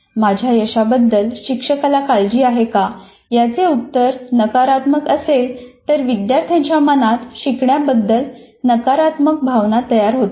माझ्या यशाबद्दल शिक्षकाला काळजी आहे का याचे उत्तर नकारात्मक असेल तर विद्यार्थ्यांच्या मनात शिकण्या बद्दल नकारात्मक भावना तयार होतात